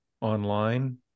online